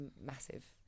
massive